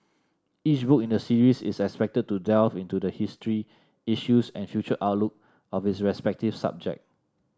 each book in the series is expected to delve into the history issues and future outlook of its respective subject